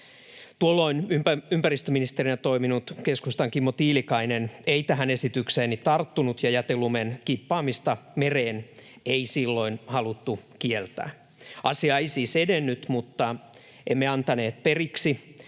Tuolloin ympäristöministerinä toiminut keskustan Kimmo Tiilikainen ei tähän esitykseeni tarttunut, ja jätelumen kippaamista mereen ei silloin haluttu kieltää. Asia ei siis edennyt, mutta emme antaneet periksi.